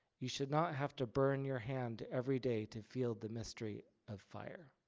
you should not have to burn your hand every day to feel the mystery of fire.